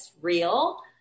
real